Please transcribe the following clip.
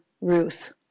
Ruth